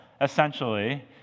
essentially